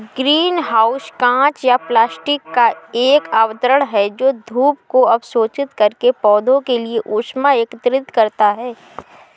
green house कांच या plastic का एक आवरण है जो धूप को अवशोषित करके पौधों के लिए ऊष्मा एकत्रित करता है